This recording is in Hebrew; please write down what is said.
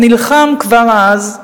נלחם כבר אז,